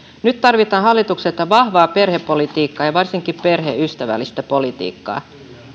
nyt tarvitaan hallitukselta vahvaa perhepolitiikkaa ja varsinkin perheystävällistä politiikkaa